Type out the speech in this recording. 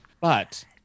But-